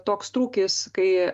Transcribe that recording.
toks trūkis kai